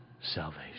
salvation